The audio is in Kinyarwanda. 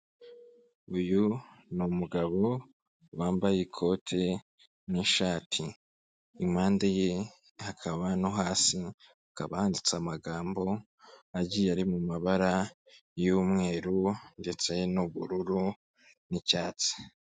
Uyu ni umugabo wambaye ikote n'ishati impande ye hakaba no hasi, hakaba handitse amagambo agiye ari mu mabara y'mweru ndetse n'ubururu n'icyatsi.